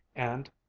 and,